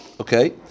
Okay